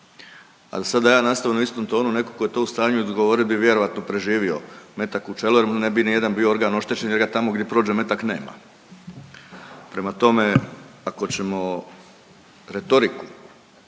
da ja sada nastavim u istom tonu, neko ko je to u stanju … bi vjerojatno preživio metak u čelo jer mu ne bi nijedan organ bio oštećen jer ga tamo gdje prođe metak nema. Prema tome, ako ćemo retoriku